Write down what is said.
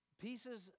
pieces